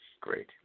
great